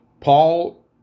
Paul